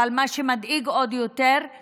מה שמדאיג עוד יותר הוא